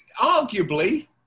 Arguably